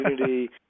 community